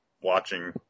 watching